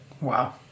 Wow